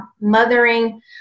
mothering